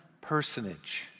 personage